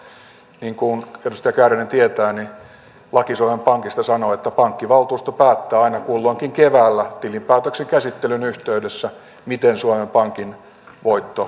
niin kuin edustaja kääriäinen tietää laki suomen pankista sanoo että pankkivaltuusto päättää aina kulloinkin keväällä tilinpäätöksen käsittelyn yhteydessä miten suomen pankin voitto jaetaan